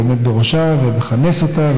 עומד בראשה ומכנס אותה,